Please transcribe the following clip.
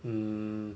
mm